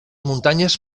muntanyes